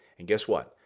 and guess what.